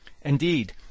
indeed